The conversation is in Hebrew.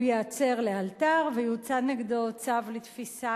הוא ייעצר לאלתר ויוצא נגדו צו לתפיסה